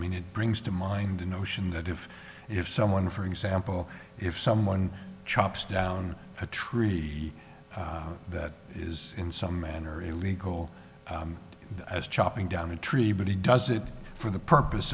mean it brings to mind the notion that if if someone for example if someone chops down a tree that is in some manner illegal as chopping down a tree but he does it for the purpose